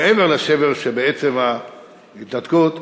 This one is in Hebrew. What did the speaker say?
מעבר לשבר שבעצם ההתנתקות.